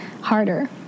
harder